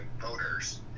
voters